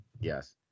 Yes